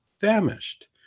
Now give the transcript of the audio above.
famished